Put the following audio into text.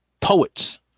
Poets